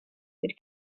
did